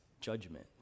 judgment